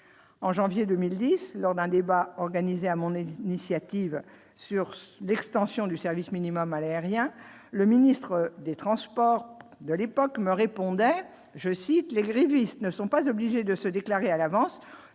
en janvier 2010 lors d'un débat organisé à mon elle initiative sur l'extension du service minimum à l'aérien le ministre des Transports de l'époque me répondaient je cite les grévistes ne sont pas obligés de se déclarer à l'avance,